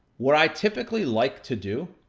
what i typically like to do,